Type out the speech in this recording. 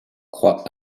croix